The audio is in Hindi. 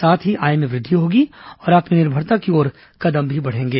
साथ ही आय में भी वृद्वि होगी और आत्मनिर्भरता की ओर कदम भी बढ़ेंगे